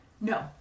no